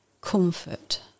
comfort